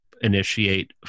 initiate